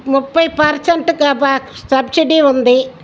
ముప్పై పర్సెంట్దా బ సబ్సిడీ ఉంది